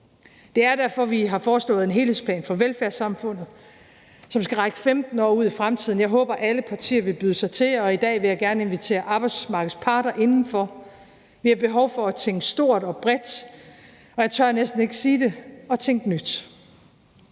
Det er derfor, at vi har foreslået en helhedsplan for velfærdssamfundet, som skal række 15 år ud i fremtiden. Jeg håber, at alle partier vil byde sig til, og i dag vil jeg gerne invitere arbejdsmarkedets parter indenfor. Vi har behov for at tænke stort og bredt, og jeg tør næsten ikke sige det: at tænke nyt.